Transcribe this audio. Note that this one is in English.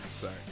Sorry